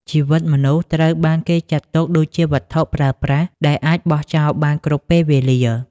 ជីវិតមនុស្សត្រូវបានគេចាត់ទុកដូចជាវត្ថុប្រើប្រាស់ ដែលអាចបោះចោលបានគ្រប់ពេលវេលា។